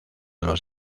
los